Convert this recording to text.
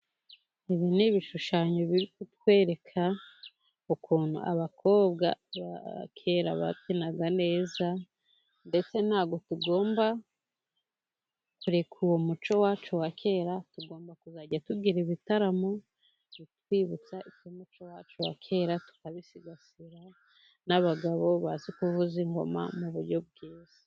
Ibi ni ibishushanyo biri kutwereka ukuntu abakobwa ba kera babyinaga neza, ndetse ntabwo tugomba kureka umuco wacu wa kera, tugomba kuzajya tugira ibitaramo bitwibutsa uwo muco wacu wa kera tukabisigasira, n'abagabo bazi kuvuza ingoma mu buryo bwiza.